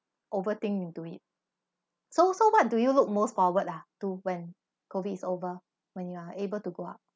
overthink into it so so what do you look most forward ah to when COVID is over when you are able to go out